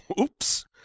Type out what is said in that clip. oops